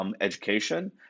education